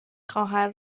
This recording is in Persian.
خواهر